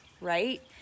right